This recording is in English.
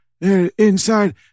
inside